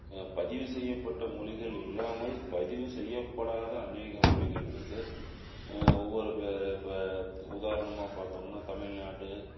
பதிவு செய்யப்பட்ட மொழிகள் இல்லாமல் பதிவு செய்யப்படாத அனேக மொழிகள் இருக்குது ஒவ்வொரு உதாரணமாக பார்த்தம்னா தமிழ்நாடு